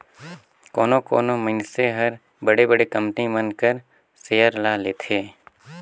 कोनो कोनो मइनसे हर बड़े बड़े कंपनी मन कर सेयर ल लेथे